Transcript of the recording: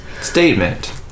Statement